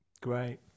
Great